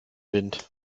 wind